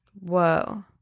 Whoa